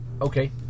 Okay